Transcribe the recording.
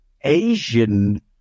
Asian